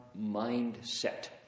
mindset